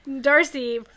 Darcy